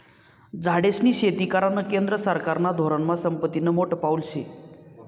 झाडेस्नी शेती करानं केंद्र सरकारना धोरनमा संपत्तीनं मोठं पाऊल शे